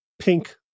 pink